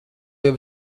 jau